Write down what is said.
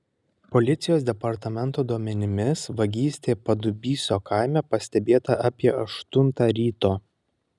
policijos departamento duomenimis vagystė padubysio kaime pastebėta apie aštuntą ryto